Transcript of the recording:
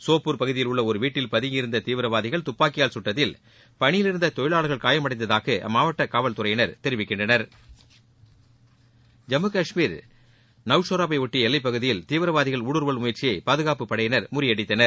சோப்பூர் பகுதியில் உள்ள ஒரு வீட்டில் பதுங்கியிருந்த துப்பாக்கியால் சுட்டதில் பணியில் இருந்த தொழிலாளர்கள் காயம் அடைந்ததாக அம்மாவட்ட காவல்துறையினர் தெரிவிக்கின்றனர் ஜம்மு கஷ்மீர் நவ்சராவை ஒட்டிய எல்லைப் பகுதியில் தீவிரவாதிகளின் ஊடுருவல் முயற்சியை பாதுகாப்பு படையினர் முறியடித்தனர்